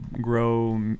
grow